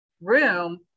room